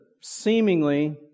seemingly